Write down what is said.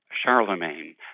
Charlemagne